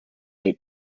eight